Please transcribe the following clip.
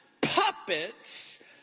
puppets